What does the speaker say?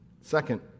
Second